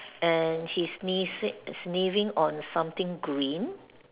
and he sniffles it sniffing on something green